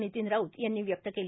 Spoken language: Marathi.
नितीन राऊत यांनी व्यक्त केली